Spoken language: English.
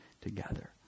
together